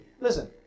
Listen